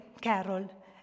Carol